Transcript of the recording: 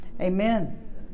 amen